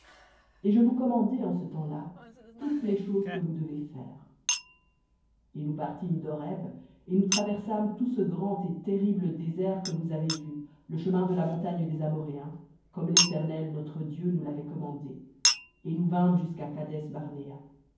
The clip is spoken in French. et je vous commandai en ce temps-là toutes les choses que vous devez faire v voir et nous partîmes d'horeb et nous traversâmes tout ce grand et terrible désert que vous avez vu le chemin de la montagne des amoréens comme l'éternel notre dieu nous l'avait commandé et nous vînmes jusqu'à